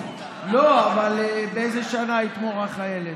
לא, אבל באיזו שנה היית מורה חיילת?